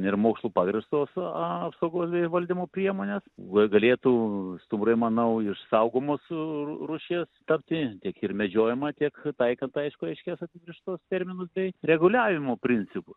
ir mokslu pagrįstos apsaugos bei valdymo priemonės galėtų stumbrai manau iš saugomos rūšies tapti tiek ir medžiojama tiek taikant aišku aiškias apibrėžtus terminus bei reguliavimo principus